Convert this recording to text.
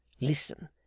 listen